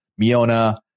Miona